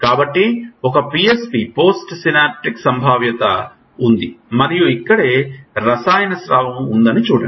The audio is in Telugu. కాబట్టి ఒక PSP పోస్ట్ సినాప్టిక్ సంభావ్యత ఉంది మరియు ఇక్కడే రసాయన స్రావం ఉందని చూడండి